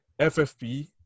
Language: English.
FFP